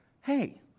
Hey